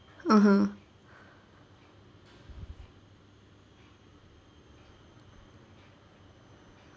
(uh huh)